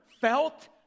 felt